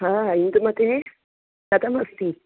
इन्दुमती कथम् अस्ति